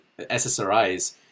SSRIs